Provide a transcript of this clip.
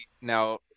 now